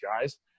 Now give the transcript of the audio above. guys